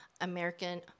American